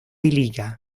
liga